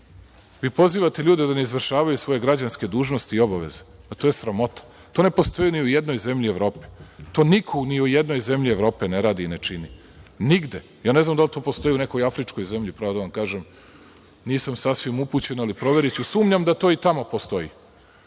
Vi pozivate ljude da ne izvršavaju svoje građanske dužnosti i obaveze, to je sramota. To ne postoji ni u jednoj zemlji Evrope. To niko ni u jednoj zemlji Evrope ne radi i ne čini. Nigde. Ne znam da li to postoji u nekoj Afričkoj zemlji, pravo da vam kažem, nisam sasvim upućen, ali proveriću. Sumnjam da to i tamo postoji,